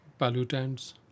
pollutants